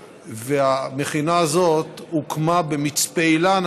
המכינה הזאת הוקמה במצפה אילן,